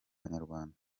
banyarwanda